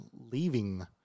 leaving